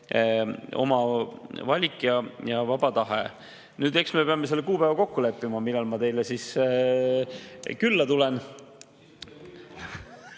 oma valik ja vaba tahe. Eks me peame selle kuupäeva kokku leppima, millal ma teile külla tulen.